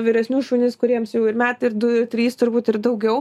vyresnius šunis kuriems jau ir metai ir du ir trys turbūt ir daugiau